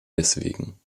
deswegen